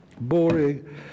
boring